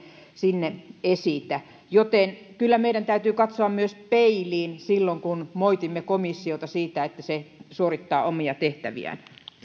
sinne esitä joten kyllä meidän täytyy katsoa myös peiliin silloin kun moitimme komissiota siitä että se suorittaa omia tehtäviään